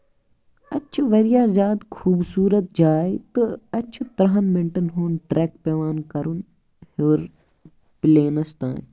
اَتہِ چھِ واریاہ زیادٕ خوٗبصوٗرَت جایہِ تہٕ اَتہِ چھُ تٔرہَن مِنٹَن ہُند ٹرٮ۪ک پٮ۪وان کَرُن تہٕ پٔلینَس تانۍ